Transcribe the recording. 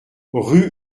rue